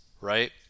right